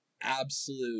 absolute